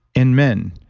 in men,